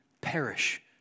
perish